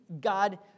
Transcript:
God